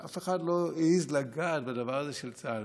ואף אחד לא העז לגעת בדבר הזה של צה"ל.